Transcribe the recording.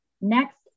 Next